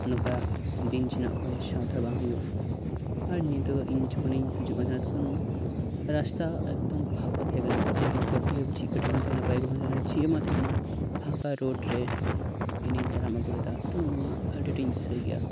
ᱱᱚᱝᱠᱟ ᱫᱤᱱ ᱡᱮᱱᱚ ᱚᱠᱚᱭ ᱥᱟᱶᱛᱮ ᱦᱚᱸ ᱵᱟᱝ ᱦᱳᱭᱳᱜ ᱟᱨ ᱧᱤᱫᱟᱹ ᱤᱧ ᱡᱮᱠᱷᱚᱱᱤᱧ ᱦᱤᱡᱩᱜ ᱠᱟᱱ ᱛᱟᱦᱮᱸᱫᱼᱟ ᱛᱚᱠᱷᱚᱱ ᱨᱟᱥᱛᱟ ᱮᱠᱫᱚᱢ ᱯᱷᱟᱠᱟ ᱛᱟᱦᱮᱸ ᱠᱟᱱᱟ ᱪᱤᱞᱤ ᱠᱟᱹᱠᱤᱡ ᱦᱚᱸ ᱪᱮᱫ ᱜᱟᱹᱰᱤ ᱦᱚᱸ ᱵᱟᱝ ᱛᱟᱦᱮᱸ ᱠᱟᱱᱟ ᱵᱟᱭᱤᱠ ᱦᱚᱸ ᱵᱟᱝ ᱛᱟᱦᱮᱸ ᱠᱟᱱᱟ ᱪᱤᱫ ᱦᱚᱸ ᱵᱟᱝ ᱛᱟᱦᱮᱸ ᱠᱟᱱᱟ ᱯᱷᱟᱠᱟ ᱨᱳᱰ ᱨᱮ ᱤᱱᱤᱧ ᱛᱟᱲᱟᱢ ᱟᱹᱜᱩ ᱞᱮᱫᱟ ᱱᱚᱶᱟ ᱟᱹᱰᱤ ᱟᱴ ᱤᱧ ᱫᱤᱥᱟᱹᱭ ᱜᱮᱭᱟ